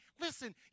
Listen